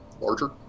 larger